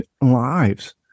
lives